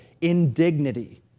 indignity